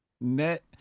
Net